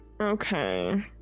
okay